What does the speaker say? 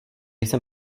jsem